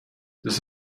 this